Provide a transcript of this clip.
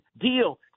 deal